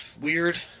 Weird